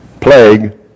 plague